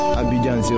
abidjan